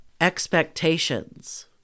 Expectations